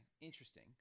interesting